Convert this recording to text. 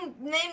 name